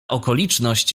okoliczność